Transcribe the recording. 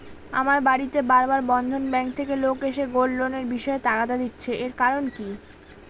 আমার বাড়িতে বার বার বন্ধন ব্যাংক থেকে লোক এসে গোল্ড লোনের বিষয়ে তাগাদা দিচ্ছে এর কারণ কি?